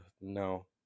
no